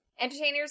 Entertainers